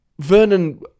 Vernon